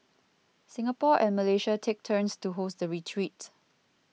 Singapore and Malaysia take turns to host the retreat